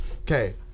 Okay